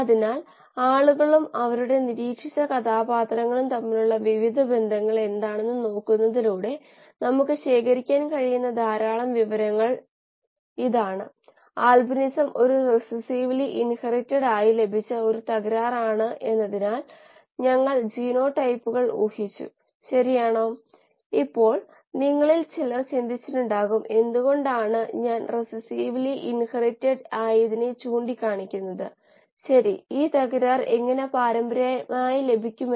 അതിനാൽ അടിസ്ഥാന കാര്യങ്ങൾ O C N P S എന്നിവയാണ് അതിൽ നിന്ന് നിങ്ങൾക്ക് oxygen nitrogen CO 2 H 2 O ക്ഷമിക്കണം ഓക്സിജൻ CO 2 H 2 O തുടങ്ങിയവ ലഭിക്കും